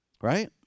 Right